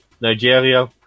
Nigeria